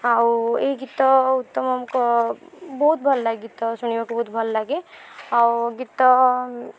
ଆଉ ଏହି ଗୀତ ଉତ୍ତମଙ୍କ ବହୁତ ଭଲ ଲାଗେ ଗୀତ ଶୁଣିବାକୁ ବହୁତ ଭଲ ଲାଗେ ଆଉ ଗୀତ